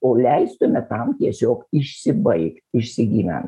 o leistume tam tiesiog išsibaigt išsigyvent